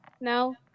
No